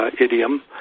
idiom